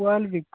कोएल भी